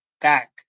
back